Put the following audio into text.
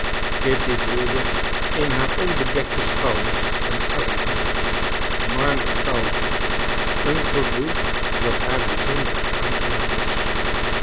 kitty voelde in haar onbedekte schouders en armen marmerkoude een gevoel dat haar bijzonder aangenaam was